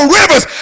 rivers